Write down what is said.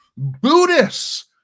Buddhists